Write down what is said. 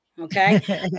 Okay